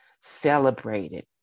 celebrated